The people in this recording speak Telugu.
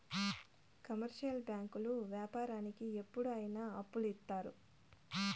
కమర్షియల్ బ్యాంకులు వ్యాపారానికి ఎప్పుడు అయిన అప్పులు ఇత్తారు